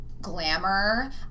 glamour